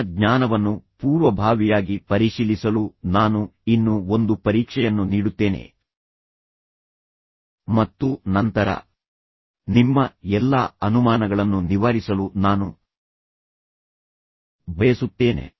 ನಿಮ್ಮ ಜ್ಞಾನವನ್ನು ಪೂರ್ವಭಾವಿಯಾಗಿ ಪರಿಶೀಲಿಸಲು ನಾನು ಇನ್ನೂ ಒಂದು ಪರೀಕ್ಷೆಯನ್ನು ನೀಡುತ್ತೇನೆ ಮತ್ತು ನಂತರ ನಿಮ್ಮ ಎಲ್ಲಾ ಅನುಮಾನಗಳನ್ನು ನಿವಾರಿಸಲು ನಾನು ಬಯಸುತ್ತೇನೆ